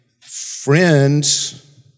friends